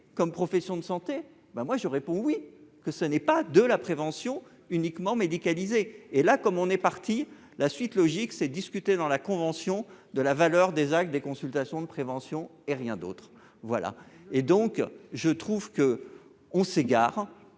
comme profession de santé, ben moi je réponds oui, que ce n'est pas de la prévention uniquement médicalisée et là comme on est parti, la suite logique c'est discuter dans la convention de la valeur des actes, des consultations de prévention et rien d'autre, voilà et donc je trouve que on s'égare,